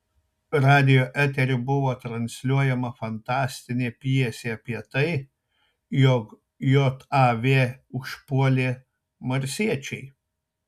radijo eteriu buvo transliuojama fantastinė pjesė apie tai jog jav užpuolė marsiečiai